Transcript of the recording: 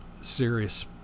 serious